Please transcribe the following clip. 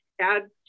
add